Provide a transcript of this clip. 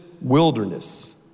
wilderness